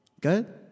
Good